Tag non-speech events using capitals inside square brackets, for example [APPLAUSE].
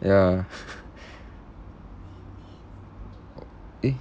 ya [LAUGHS] oh eh